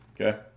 Okay